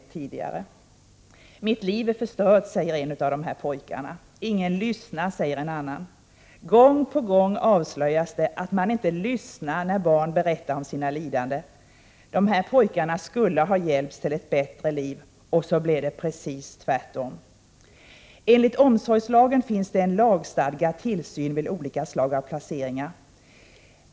En av pojkarna säger att hans liv är förstört. En annan säger att ingen lyssnar. Gång på gång avslöjas att vuxna inte lyssnar då barn berättar om sina lidanden. Dessa pojkar skulle ha hjälpts till ett bättre liv — det blev precis tvärtom. Enligt omsorgslagen föreligger lagstadgad tillsynsskyldighet vid olika slags placeringar.